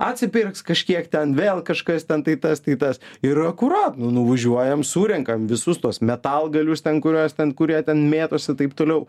atsipirks kažkiek ten vėl kažkas ten tai tas tai tas ir akurat nu nuvažiuojam surenkam visus tuos metalgalius ten kuriuos ten kurie ten mėtosi taip toliau